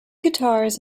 guitars